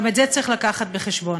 גם את זה צריך לקחת בחשבון.